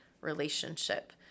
relationship